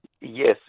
Yes